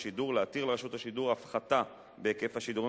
השידור להתיר לרשות השידור הפחתה בהיקף השידורים